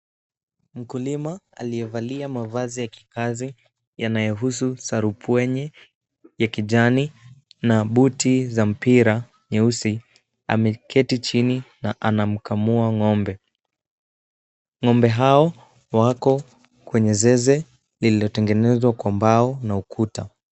Mkulima aliyevalia mavazi ya kikazi yanayohusu sarupuenye ya kijani na buti za mpira nyeusi ameketi chini na anamkamua ng'ombe. Ng'ombe hao wako kwenye zeze lililotengenezwa kwa mbao na ukuta.